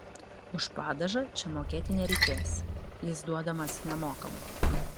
už padažą čia mokėti nereikės jis duodamas nemokamai